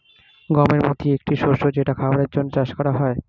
গমের মতি একটা শস্য যেটা খাবারের জন্যে চাষ করা হয়